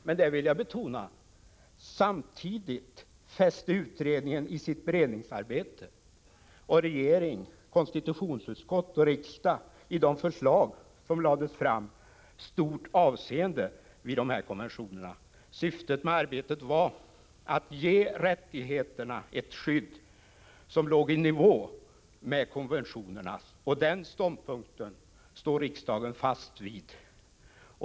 Jag vill dock betona att utredningen i sitt beredningsarbete och regeringen, konstitutionsutskottet och riksdagen i de förslag som lades fram samtidigt fäste stort avseende vid de här konventionerna. Syftet med arbetet var att ge rättigheterna ett skydd som låg i nivå med konventionernas, och den ståndpunkten står riksdagen fast vid.